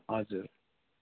हजुर